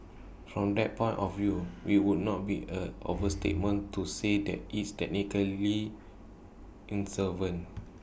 from that point of view IT would not be A overstatement to say that is technically insolvent